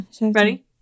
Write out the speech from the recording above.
Ready